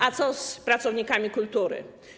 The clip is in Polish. A co z pracownikami kultury?